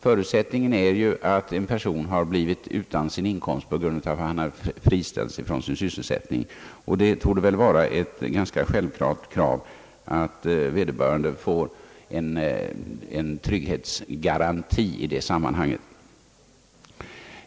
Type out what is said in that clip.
Förutsättningen är att en person blivit utan inkomst på grund av att han friställts från sin sysselsättning, och det torde väl vara ett ganska självklart krav att vederbörande får en trygghetsgaranti i det sammanhanget.